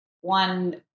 one